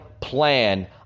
plan